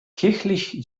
kirchlich